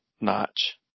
notch